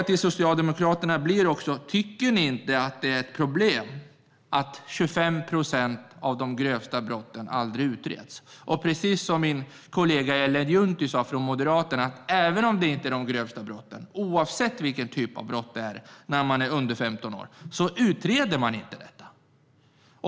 Tycker Socialdemokraterna inte att det är ett problem att 25 procent av de grövsta brotten aldrig utreds? Precis som min kollega Ellen Juntti från Moderaterna sa utreds varken de grövsta brotten eller andra brott när personen är under 15 år.